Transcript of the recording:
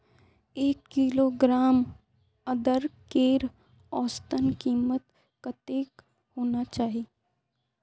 एक किलोग्राम अदरकेर औसतन कीमत कतेक होना चही?